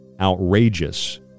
outrageous